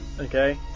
Okay